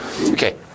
Okay